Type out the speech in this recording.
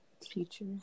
teacher